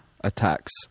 attacks